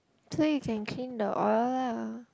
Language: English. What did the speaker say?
so you can clean the oil lah